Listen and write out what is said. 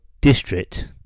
district